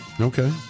Okay